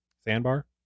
sandbar